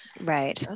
Right